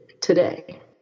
today